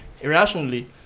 irrationally